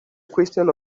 question